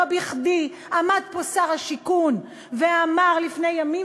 לא בכדי עמד פה שר הבינוי והשיכון לפני ימים